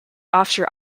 offshore